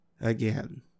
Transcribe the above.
again